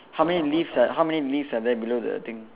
how many leaves ah how many leaves are there below the thing